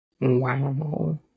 Wow